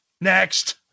next